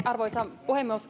arvoisa